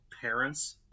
parents